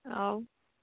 ଆଉ